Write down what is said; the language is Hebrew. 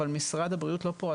אבל משרד הבריאות לא פה,